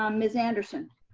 um ms. anderson?